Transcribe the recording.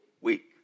week